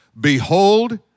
Behold